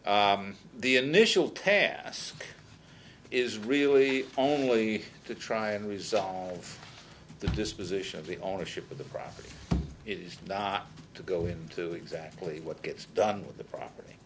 r the initial task is really only to try and resolve the disposition of the ownership of the property is not to go into exactly what gets done with the property